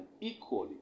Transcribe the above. equally